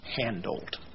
handled